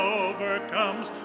overcomes